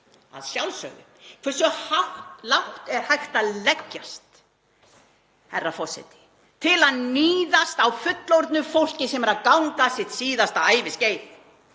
að sjálfsögðu. Hversu lágt er hægt að leggjast, herra forseti, til að níðast á fullorðnu fólki sem er að ganga sitt síðasta æviskeið?